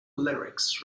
lyrics